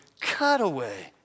cutaway